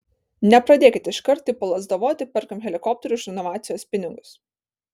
nepradėkit iš karto tipo lazdavoti perkam helikopterį už renovacijos pinigus